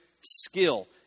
skill